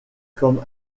comme